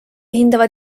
hindavad